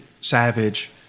savage